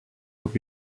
would